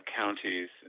counties